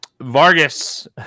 Vargas